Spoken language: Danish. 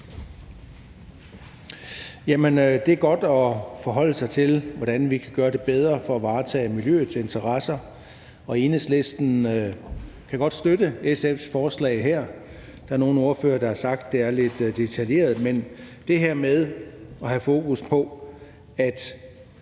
Det er godt at forholde sig til, hvordan vi kan gøre det bedre for at varetage miljøets interesser, og Enhedslisten kan godt støtte SF's forslag her. Der er nogle ordførere, der har sagt, at det er lidt detaljeret, men det her med at have fokus på, at